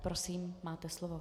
Prosím, máte slovo.